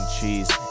cheese